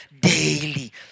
daily